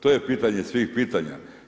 To je pitanje svih pitanja.